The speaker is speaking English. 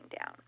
down